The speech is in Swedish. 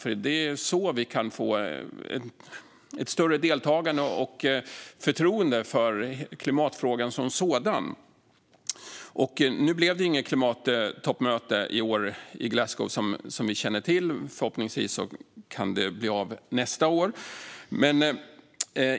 Det är nämligen så vi kan få ett större deltagande i och förtroende för klimatfrågan som sådan. Som vi känner till blev det inget klimattoppmöte i Glasgow i år, men förhoppningsvis kan det bli av nästa år.